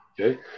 Okay